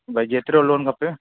भई जेतिरो लोन खपे